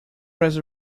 was